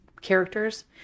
characters